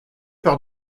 par